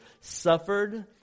suffered